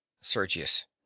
Sergius